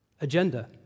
agenda